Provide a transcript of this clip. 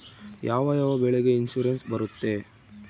ಯಾವ ಯಾವ ಬೆಳೆಗೆ ಇನ್ಸುರೆನ್ಸ್ ಬರುತ್ತೆ?